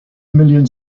million